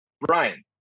Brian